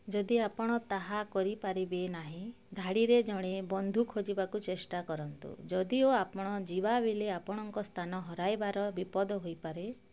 ଯଦି ଆପଣ ତାହା କରିପାରିବେ ନାହିଁ ଧାଡ଼ିରେ ଜଣେ ବନ୍ଧୁ ଖୋଜିବାକୁ ଚେଷ୍ଟା କରନ୍ତୁ ଯଦିଓ ଆପଣ ଯିବା ବେଳେ ଆପଣଙ୍କ ସ୍ଥାନ ହରାଇବାର ବିପଦ ହୋଇପାରେ